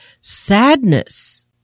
sadness